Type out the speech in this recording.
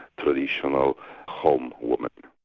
traditional home woman.